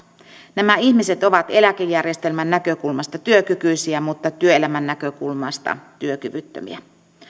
nämä ihmiset ovat eläkejärjestelmän näkökulmasta työkykyisiä mutta työelämän näkökulmasta työkyvyttömiä